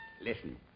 Listen